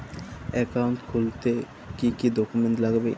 Account খুলতে কি কি ডকুমেন্ট লাগবে?